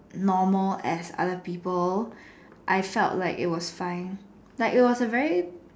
normal as other people I felt like it was fine like it was a very